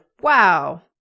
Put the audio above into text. wow